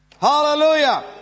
Hallelujah